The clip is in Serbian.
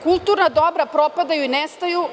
Kulturna dobra propadaju i nestaju.